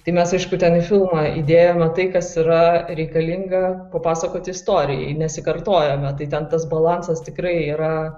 tai mes aišku ten į filmą įdėjome tai kas yra reikalinga papasakoti istorijai nesikartojome tai ten tas balansas tikrai yra